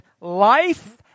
life